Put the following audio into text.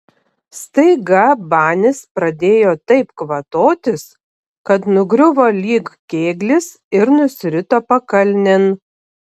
staiga banis pradėjo taip kvatotis kad nugriuvo lyg kėglis ir nusirito pakalnėn